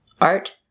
Art